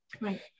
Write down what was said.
right